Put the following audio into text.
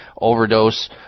overdose